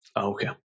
Okay